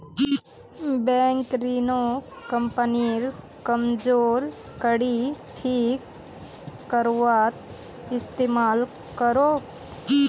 bank ऋणक कंपनीर कमजोर कड़ी ठीक करवात इस्तमाल करोक